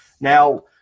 Now